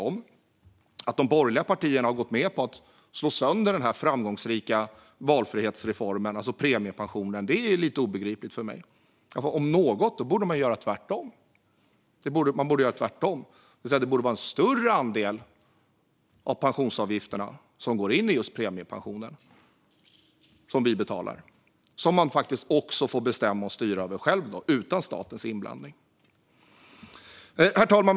Men att de borgerliga partierna har gått med på att slå sönder den här framgångsrika valfrihetsreformen, det vill säga premiepensionen, är svårbegripligt för mig. Om något borde man göra tvärtom. En större andel av pensionsavgifterna som vi betalar borde gå in i just premiepensionen, som man får bestämma och styra över själv utan statens inblandning. Herr talman!